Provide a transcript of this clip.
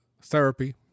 therapy